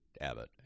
Abbott